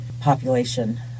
population